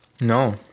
No